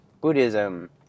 Buddhism